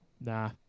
Nah